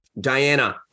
Diana